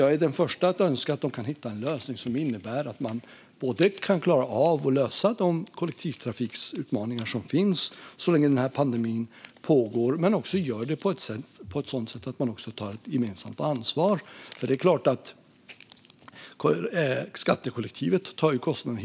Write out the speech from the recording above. Jag är den första att önska att man kan hitta en lösning som innebär att man kan klara av att lösa de kollektivtrafiksutmaningar som finns så länge denna pandemi pågår men också att man gör det på ett sådant sätt att man också tar gemensamt ansvar. Det är klart att skattekollektivet tar kostnaden.